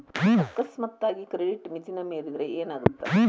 ಅಕಸ್ಮಾತಾಗಿ ಕ್ರೆಡಿಟ್ ಮಿತಿನ ಮೇರಿದ್ರ ಏನಾಗತ್ತ